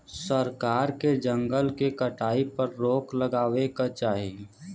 सरकार के जंगल के कटाई पर रोक लगावे क चाही